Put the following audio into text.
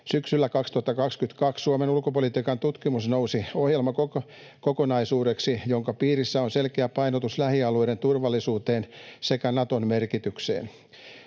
Syksyllä 2022 Suomen ulkopolitiikan tutkimus nousi ohjelmakokonaisuudeksi, jonka piirissä on selkeä painotus lähialueiden turvallisuuteen sekä Naton merkitykseen.